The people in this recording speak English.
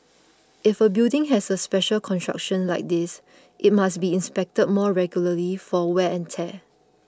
if a building has a special construction like this it must be inspected more regularly for wear and tear